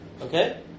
Okay